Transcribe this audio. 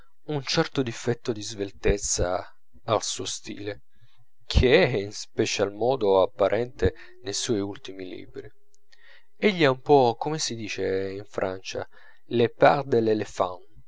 un certo difetto di sveltezza al suo stile che è in ispecial modo apparente nei suoi ultimi libri egli ha un po come si dice in francia le